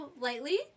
lightly